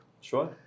Sure